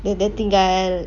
oh dia dah tinggal